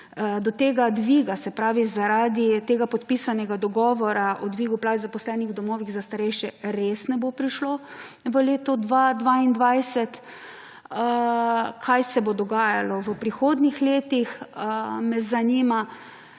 do tega dviga, se pravi, zaradi tega podpisanega dogovora o dvigu plač zaposlenim v domovih za starejše res ne bo prišlo v letu 2022. Kaj se bo dogajalo v prihodnjih letih, me zanima.